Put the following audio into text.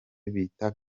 bita